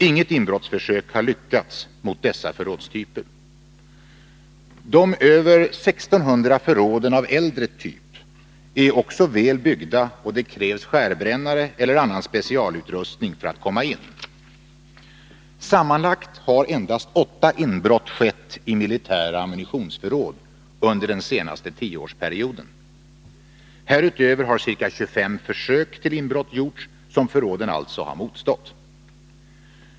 Inget inbrottsförsök har lyckats mot dessa förrådstyper. De över 1 600 förråden av äldre typ är också väl byggda, och det krävs skärbrännare eller annan specialutrustning för att komma in. Sammanlagt har endast åtta inbrott skett i militära ammunitionsförråd under den senaste tioårsperioden. Härutöver har ca 25 försök till inbrott gjorts som förråden alltså har motstått.